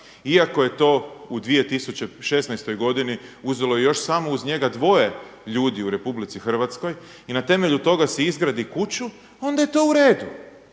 iako je to u 2016. uzelo još samo uz njega dvoje ljudi u RH i na temelju toga si izgradi kuću onda je to uredu.